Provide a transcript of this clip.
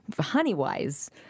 Honey-wise